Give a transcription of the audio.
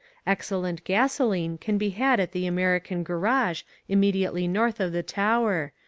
excellent gasoline can be had at the american garage immediately north of the tower,